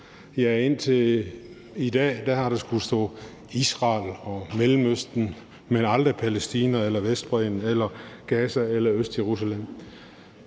Indtil i dag har der skullet stå Israel og Mellemøsten, men aldrig Palæstina eller Vestbredden eller Gaza eller Østjerusalem.